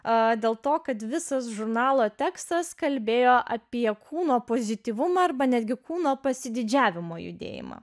o dėl to kad visas žurnalo teksas kalbėjo apie kūno pozityvumą arba netgi kūno pasididžiavimo judėjimą